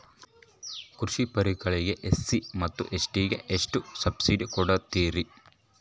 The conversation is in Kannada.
ಕೃಷಿ ಪರಿಕರಗಳಿಗೆ ಎಸ್.ಸಿ ಮತ್ತು ಎಸ್.ಟಿ ಗೆ ಎಷ್ಟು ಸಬ್ಸಿಡಿ ಕೊಡುತ್ತಾರ್ರಿ?